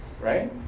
right